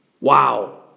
Wow